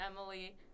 Emily